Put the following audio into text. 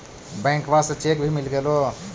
बैंकवा से चेक भी मिलगेलो?